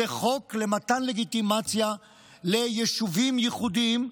זה חוק למתן לגיטימציה ליישובים ייחודיים,